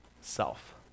self